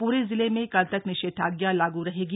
पूरे जिले में कल तक निषेधाज्ञा लागू रहेगी